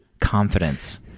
confidence